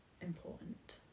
important